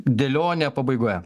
dėlionė pabaigoje